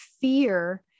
fear